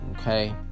okay